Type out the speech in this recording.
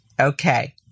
Okay